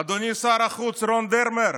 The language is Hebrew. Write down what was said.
אדוני שר החוץ רון דרמר,